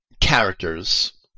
characters